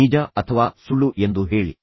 ನಿಜ ಅಥವಾ ಸುಳ್ಳು ಎಂದು ಹೇಳಿ